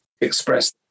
express